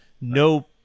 no